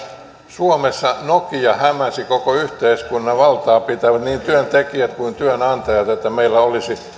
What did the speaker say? suomessa nokia hämäsi koko yhteiskunnan valtaapitävät niin työntekijät kuin työnantajat että meillä olisi